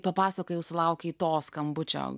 papasakojau sulaukė to skambučio